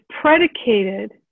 predicated